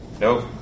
Nope